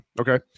Okay